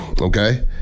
okay